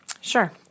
Sure